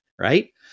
right